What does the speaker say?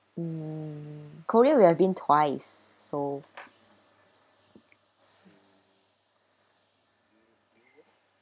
um korea we have been twice so